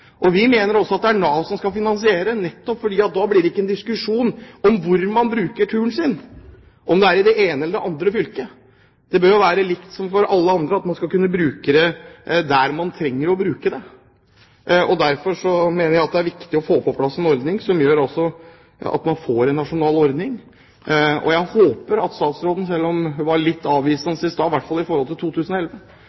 derfor vi trenger nasjonale retningslinjer. Vi mener også at det er Nav som skal finansiere ordningen, nettopp fordi det da ikke blir noen diskusjon om hvor man bruker turen sin, om det er i det ene eller det andre fylket. Det bør jo være likt som for alle andre, man skal kunne bruke den der man trenger å bruke den. Derfor mener jeg at det er viktig å få på plass en nasjonal ordning, og jeg håper at statsråden – selv om hun var litt